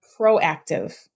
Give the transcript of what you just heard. proactive